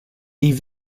die